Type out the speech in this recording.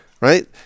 Right